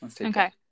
okay